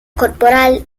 corporal